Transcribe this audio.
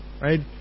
Right